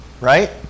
Right